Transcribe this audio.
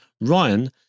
Ryan